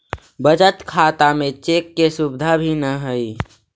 बचत खाता में चेक के सुविधा भी न हइ